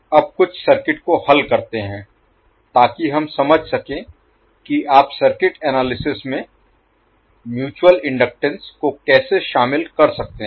अब कुछ सर्किट को हल करते हैं ताकि हम समझ सकें कि आप सर्किट एनालिसिस में म्यूचुअल इनडक्टेंस को कैसे शामिल कर सकते हैं